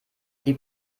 die